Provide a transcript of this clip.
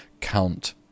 Count